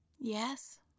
Yes